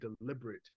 deliberate